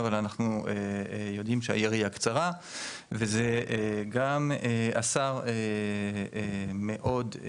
אבל אנחנו יודעים שהיריעה קצרה וגם השר מאוד,